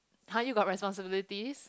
!huh! you got responsibilities